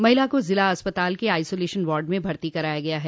महिला को जिला अस्पताल के आइसोलेशन वार्ड में भर्ती कराया गया है